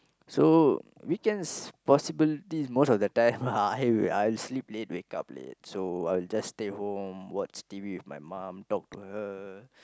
so weekends possibility most of the time ah I'll sleep late wake up late so I'll just stay home watch T_V with my mom talk to her